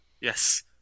Yes